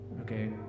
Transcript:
okay